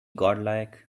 godlike